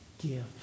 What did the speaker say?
Give